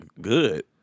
good